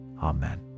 Amen